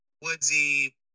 Woodsy